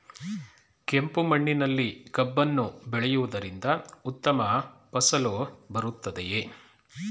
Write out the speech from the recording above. ಕೆಂಪು ಮಣ್ಣಿನಲ್ಲಿ ಕಬ್ಬನ್ನು ಬೆಳೆಯವುದರಿಂದ ಉತ್ತಮ ಫಸಲು ಬರುತ್ತದೆಯೇ?